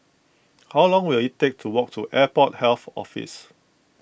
how long will it take to walk to Airport Health Office